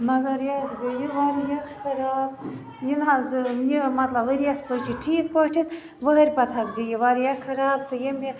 مگر ییٚلہِ مےٚ یہِ وارِیاہ خراب یہِ نہِ حظ یہِ مطلب ؤرِیس پٔچ یہِ تھیٖک پٲٹھۍ ؤہٕرۍ پتہٕ حظ گٔے یہِ وارِیاہ خراب تہٕ ییٚمے مےٚ